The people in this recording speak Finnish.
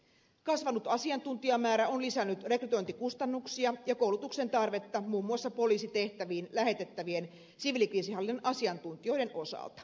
kasvanut asiantuntijamäärä on lisännyt rekrytointikustannuksia ja koulutuksen tarvetta muun muassa poliisitehtäviin lähetettävien siviilikriisinhallinnan asiantuntijoiden osalta